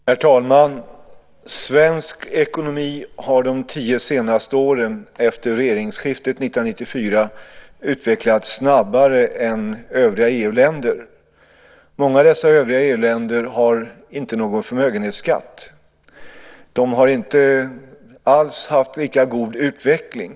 Herr talman! Svensk ekonomi har under de tio senaste åren, efter regeringsskiftet 1994, utvecklats snabbare än ekonomin i övriga EU-länder. Många av dessa övriga EU-länder har inte någon förmögenhetsskatt, och de har inte alls haft en lika god utveckling.